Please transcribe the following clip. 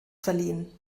verliehen